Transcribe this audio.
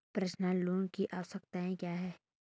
Personal loan की आवश्यकताएं क्या हैं?